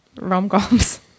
rom-coms